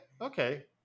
Okay